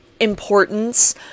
importance